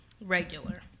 regular